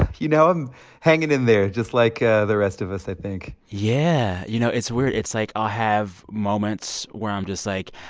you know um hanging in there just like ah the rest of us, i think yeah. you know, it's weird. it's like i'll have moments where i'm just like,